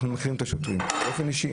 אנחנו מכירים את השוטרים באופן אישי,